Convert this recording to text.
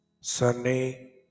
sunday